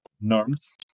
norms